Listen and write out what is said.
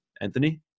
Anthony